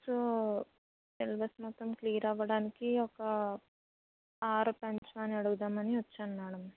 so syllabus మొత్తం clear అవ్వడానికి ఒక అవర్ పెంచమని అడగుదామని వచ్చాను మేడమ్